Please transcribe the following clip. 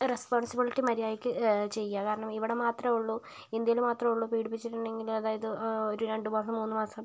responsibility മര്യാദയ്ക്ക് ചെയ്യുക കാരണം ഇവിടെ മാത്രമേ ഉള്ളൂ ഇന്ത്യയിൽ മാത്രമേ ഉള്ളൂ പീഡിപ്പിച്ചിട്ടുണ്ടെങ്കിൽ അതായത് ഒരു രണ്ട് മാസം മൂന്ന് മാസം